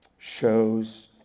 Shows